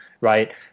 right